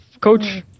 coach